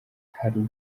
hari